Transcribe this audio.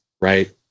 right